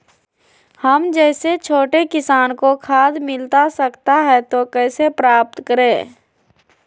हम जैसे छोटे किसान को खाद मिलता सकता है तो कैसे प्राप्त करें?